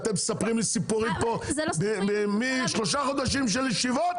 אתם מספרים לי סיפורים פה משלושה חודשים של ישיבות